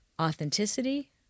authenticity